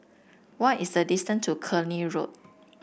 what is the distance to Cluny Road